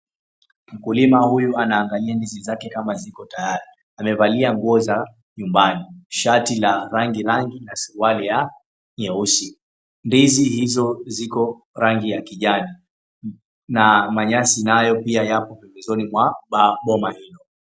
Mkulima huyu anaangalia ndizi zake kama ziko tayari, amevalia nguo za nyumbani shati la rangi rangi na suruwali ya nyeusi. Ndizi hizo ziko rangi ya kijani na manyasi nayo pia yako pembezoni mwa boma hilo.